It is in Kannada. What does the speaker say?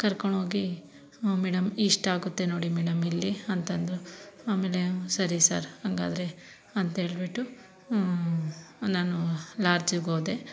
ಕರ್ಕೊಂಡು ಹೋಗಿ ಮೇಡಮ್ ಇಷ್ಟು ಆಗುತ್ತೆ ನೋಡಿ ಮೇಡಮ್ ಇಲ್ಲಿ ಅಂತ ಅಂದರು ಆಮೇಲೆ ಸರಿ ಸರ್ ಹಾಗಾದರೆ ಅಂತ ಹೇಳಿಬಿಟ್ಟು ನಾನು ಲಾಡ್ಜ್ಗೆ ಹೋದೆ